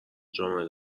جامعه